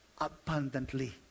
abundantly